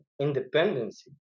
independency